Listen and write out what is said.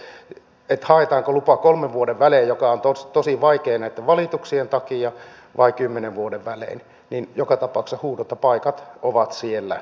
riippumatta siitä haetaanko lupa kolmen vuoden välein mikä on tosi vaikeaa näitten valituksien takia vai kymmenen vuoden välein joka tapauksessa huuhdontapaikat ovat siellä